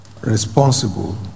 responsible